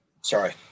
Sorry